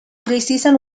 preseason